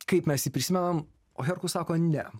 kaip mes jį prisimenam o herkus sako ne